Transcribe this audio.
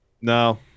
No